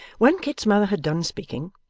when kit's mother had done speaking,